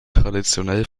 traditionell